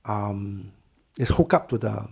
um they hooked up to the